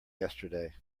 yesterday